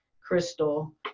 crystal